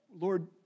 Lord